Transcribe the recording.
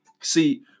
See